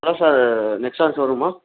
hello sir Nexa ஷோரூமா